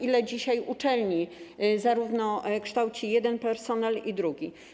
Ile dzisiaj uczelni zarówno kształci jeden personel, jak i drugi?